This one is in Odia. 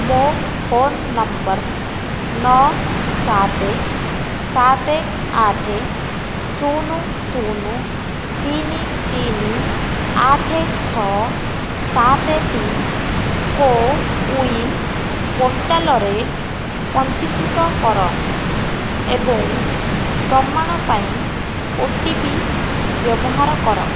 ମୋ' ଫୋନ ନମ୍ବର ନଅ ସାତ ସାତ ଆଠ ଶୂନ ଶୂନ ତିନି ତିନି ଆଠ ଛଅ ସାତ ଟି କୋ ୱିନ ପୋର୍ଟାଲରେ ପଞ୍ଜୀକୃତ କର ଏବଂ ପ୍ରମାଣ ପାଇଁ ଓଟିପି ବ୍ୟବହାର କର